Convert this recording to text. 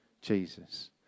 Jesus